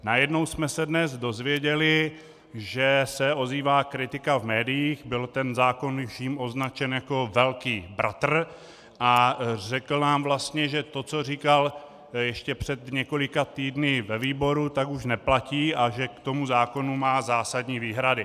Najednou jsme se dnes dozvěděli, že se ozývá kritika v médiích, ten zákon byl, tuším, označen jako velký bratr, a řekl nám vlastně, že to, co říkal ještě před několika týdny ve výboru, už neplatí a že k tomu zákonu má zásadní výhrady.